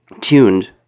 tuned